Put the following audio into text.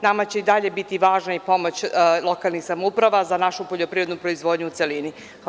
Nama će i dalje biti važna i pomoć lokalnih samouprava za našu poljoprivrednu proizvodnju u celini.